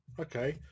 Okay